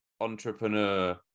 Entrepreneur